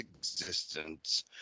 existence